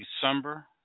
December